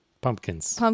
pumpkins